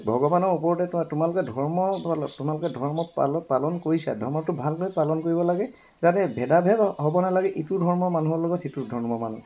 ভগৱানৰ ওপৰতে তোমালোকে ধৰ্ম তোমালোকে ধৰ্ম পালন পালন কৰিছা ধৰ্মটো ভালকৈ পালন কৰিব লাগে যাতে ভেদাভেদ হ'ব নালাগে ইটো ধৰ্মৰ মানুহৰ লগত সিটো ধৰ্মৰ মানুহ